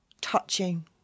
touching